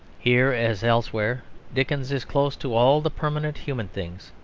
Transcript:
here as elsewhere dickens is close to all the permanent human things.